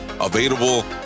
available